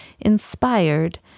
inspired